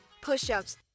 push-ups